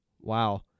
Wow